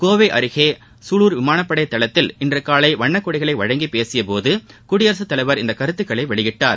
கோவை அருகே சூலூர் விமானப்படைதளத்தில் இன்று காலை வண்ணக்கொடிகளை வழங்கி பேசிய போது குடியரசுத் தலைவர் இந்த கருத்துகளை வெளியிட்டார்